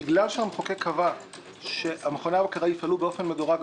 בגלל שהמחוקק קבע שמכוני הבקרה יפעלו באופן מדורג,